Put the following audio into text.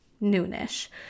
noon-ish